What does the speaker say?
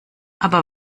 aber